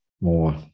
more